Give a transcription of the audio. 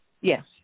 Yes